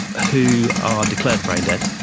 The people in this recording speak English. who are declared brain dead,